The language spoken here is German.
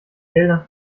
geldern